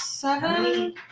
Seven